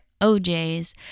OJs